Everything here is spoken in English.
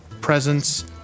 presence